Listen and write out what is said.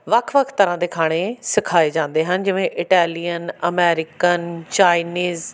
ਵੱਖ ਵੱਖ ਤਰ੍ਹਾਂ ਦੇ ਖਾਣੇ ਸਿਖਾਏ ਜਾਂਦੇ ਹਨ ਜਿਵੇਂ ਇਟੈਲੀਅਨ ਅਮੈਰੀਕਨ ਚਾਈਨੀਜ਼